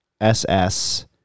SS